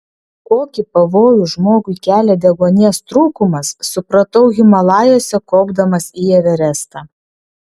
kokį pavojų žmogui kelia deguonies trūkumas supratau himalajuose kopdamas į everestą